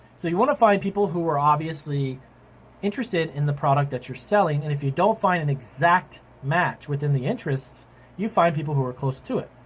so you wanna find people who are obviously interested in the product that you're selling and if you don't find an exact match within the interests you find people who are close to it.